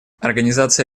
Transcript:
организация